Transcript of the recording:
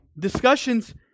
Discussions